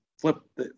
flip